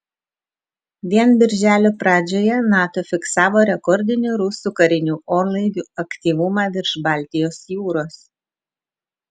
vien birželio pradžioje nato fiksavo rekordinį rusų karinių orlaivių aktyvumą virš baltijos jūros